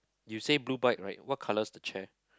you say blue bike right what colours the chair